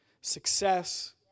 success